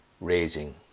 raising